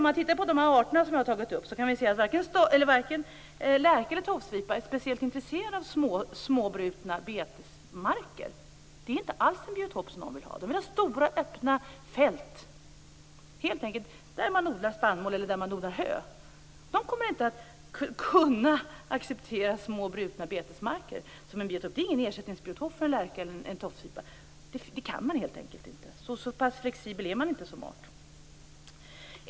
Om man tittar på de arter som jag har tagit upp ser man att varken lärka eller tofsvipa är speciellt intresserade av små brutna betesmarker. Det är inte alls någon biotop som de vill ha. De vill ha stora, öppna fält där man odlar spannmål eller hö. De kommer inte att kunna acceptera små brutna betesmarker som en biotop. Det är inga ersättningsbiotoper för en lärka eller en tofsvipa. Det går helt enkelt inte - så pass flexibla är inte de arterna.